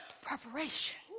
preparation